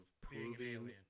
proving